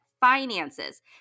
finances